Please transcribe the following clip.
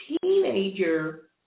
teenager